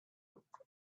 maybe